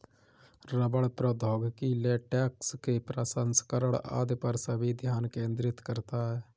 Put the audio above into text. रबड़ प्रौद्योगिकी लेटेक्स के प्रसंस्करण आदि पर भी ध्यान केंद्रित करता है